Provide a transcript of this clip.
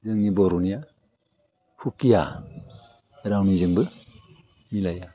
जोंनि बर'निया हुखिया रावनिजोंबो मिलाया